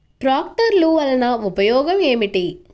ట్రాక్టర్లు వల్లన ఉపయోగం ఏమిటీ?